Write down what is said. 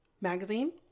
magazine